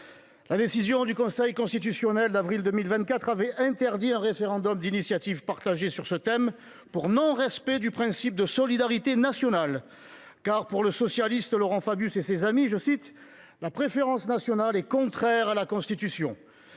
une décision du 11 avril 2024, avait interdit un référendum d’initiative partagée sur ce thème pour non respect du principe de solidarité nationale. Pour le socialiste Laurent Fabius et pour ses amis, « la préférence nationale […] est contraire à la Constitution ».